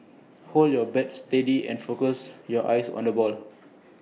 hold your bat steady and focus your eyes on the ball